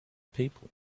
people